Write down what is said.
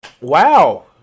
wow